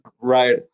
right